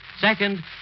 Second